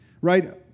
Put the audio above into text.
Right